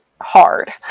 hard